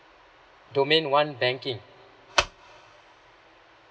domain one banking